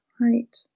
Right